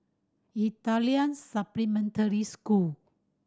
Italian Supplementary School